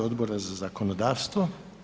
Odbora za zakonodavstvo.